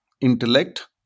intellect